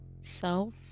Self